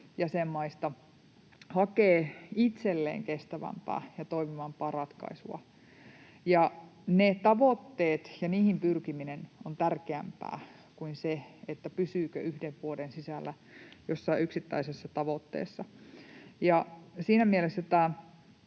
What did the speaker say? jäsenmaista hakee itselleen kestävämpää ja toimivampaa ratkaisua, ja ne tavoitteet ja niihin pyrkiminen on tärkeämpää kuin se, pysyykö yhden vuoden sisällä jossain yksittäisessä tavoitteessa. Siinä mielessä tämä